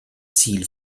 ziel